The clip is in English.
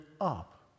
up